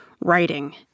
writing